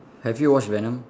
have you watched venom